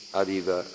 arriva